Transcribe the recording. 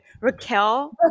Raquel